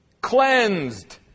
cleansed